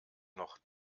noch